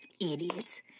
idiots